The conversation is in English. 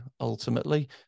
ultimately